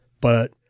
But-